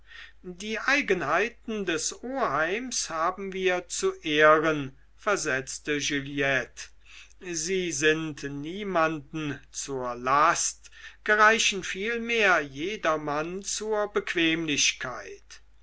die eigenheiten des oheims haben wir zu ehren versetzte juliette sie sind niemanden zur last gereichen vielmehr jedermann zur bequemlichkeit